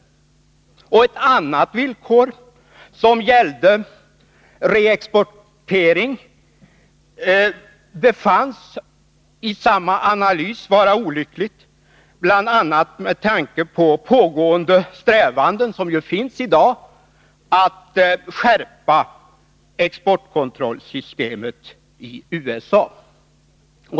Ett annat villkor som gällde reexport befanns i samma analys vara olyckligt, bl.a. med tanke på de strävanden som ju finns i dag när det gäller att skärpa exportkontrollsystemet i USA.